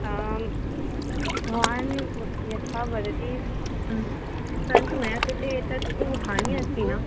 आं भवान् यथा वदति परन्तु मया कृते एतत् तु हानि अस्ति न